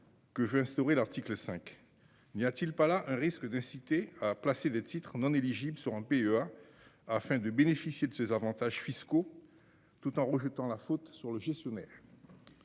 Que veut instaurer l'article 5, il n'y a-t-il pas là un risque d'inciter à placer des titres on en éligible sur un PEA, afin de bénéficier de ces avantages fiscaux. Tout en rejetant la faute sur le gestionnaire.